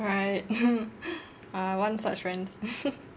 right I want such friends